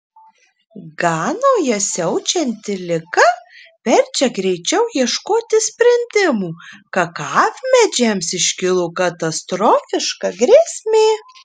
ganoje siaučianti liga verčia greičiau ieškoti sprendimų kakavmedžiams iškilo katastrofiška grėsmė